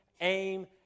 aim